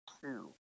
two